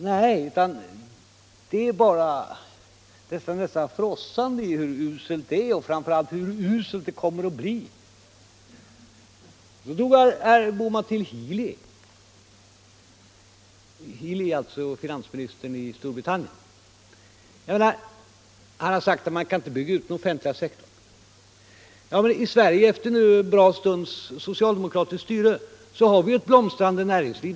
Men nej, det är bara detta nästan frossande i hur uselt det är och framför allt i hur uselt det kommer att bli. Nu tog herr Bohman till Healy, finansministern i Storbritannien. Han har sagt att man inte kan bygga ut den offentliga sektorn. Men i Sverige har vi nu efter en bra stunds socialdemokratiskt styre dess bättre ett blomstrande näringsliv.